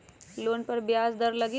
Loan पर ब्याज दर लगी?